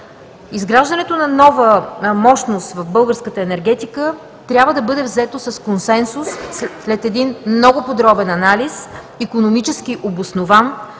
Изграждането на нова мощност в българската енергетика трябва да бъде взето с консенсус след много подробен анализ, икономически обоснован